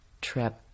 trip